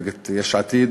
ממפלגת יש עתיד.